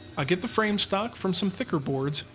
i get the frame stock from some thicker boards,